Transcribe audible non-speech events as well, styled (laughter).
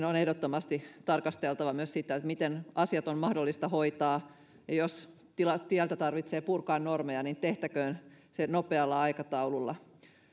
(unintelligible) on ehdottomasti tarkasteltava myös sitä miten asiat on mahdollista hoitaa ja jos tieltä tarvitsee purkaa normeja niin tehtäköön se nopealla aikataululla